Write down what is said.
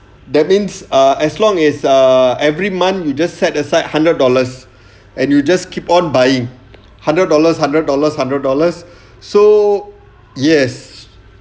that means uh as long as err every month you just set aside hundred dollars and you just keep on buying hundred dollars hundred dollars hundred dollars so yes